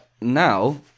now